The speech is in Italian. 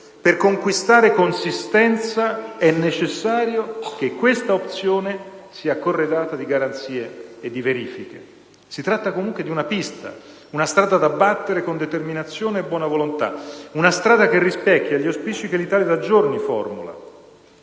Per conquistare consistenza è necessario che questa opzione sia corredata di garanzie e di verifiche. Si tratta comunque di una pista, una strada da battere con determinazione e buona volontà. Una strada che rispecchia gli auspici che l'Italia da giorni formula: